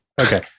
okay